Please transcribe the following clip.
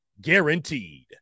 guaranteed